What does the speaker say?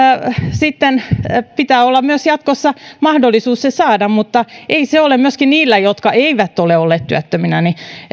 sitten pidä olla myös jatkossa mahdollisuus se saada mutta ei se ole myöskään niillä jotka eivät ole olleet työttöminä